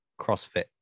CrossFit